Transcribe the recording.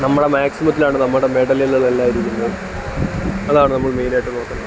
നമ്മളുടെ മാക്സിമത്തിലാണ് നമ്മുടെ മെഡലുകളെല്ലാം ഇരിക്കുന്നത് അതാണ് നമ്മൾ മെയിനായിട്ടും നോക്കേണ്ടത്